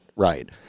Right